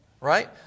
right